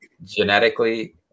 Genetically